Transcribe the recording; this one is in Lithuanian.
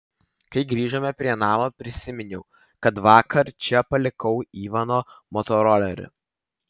kai grįžome prie namo prisiminiau kad vakar čia palikau ivano motorolerį